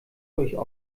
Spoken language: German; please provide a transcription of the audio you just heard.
ruhig